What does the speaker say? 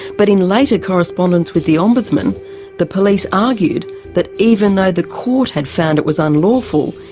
but in later correspondence with the ombudsman the police argued that even though the court had found it was unlawful,